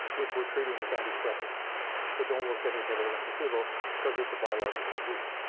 which we're treating with anti-depressants that don't work any better than placebo because it's a biological disease.